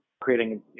creating